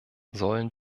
sollen